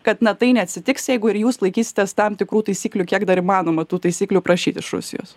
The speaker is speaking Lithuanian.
kad na tai neatsitiks jeigu ir jūs laikysitės tam tikrų taisyklių kiek dar įmanoma tų taisyklių prašyt iš rusijos